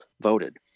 voted